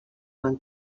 van